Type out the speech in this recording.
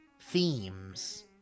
themes